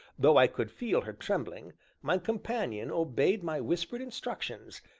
though i could feel her trembling, my companion obeyed my whispered instructions,